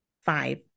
Five